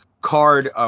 card